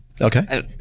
Okay